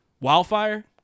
Wildfire